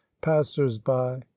passers-by